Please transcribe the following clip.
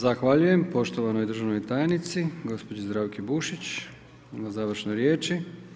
Zahvaljujem poštovanoj državnoj tajnici gospođi Zdravki Bušić na završnoj riječi.